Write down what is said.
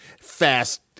fast